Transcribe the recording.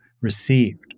received